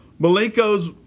Malenko's